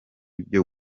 byo